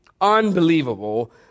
unbelievable